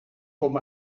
kom